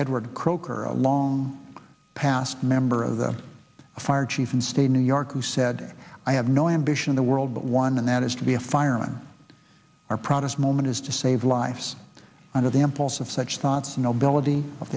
edward croaker a long past member of the fire chief in state new york who said i have no ambition in the world but one and that is to be a fireman our proudest moment is to save lives ice under the impulse of such thoughts nobility of